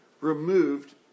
removed